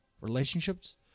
Relationships